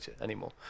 anymore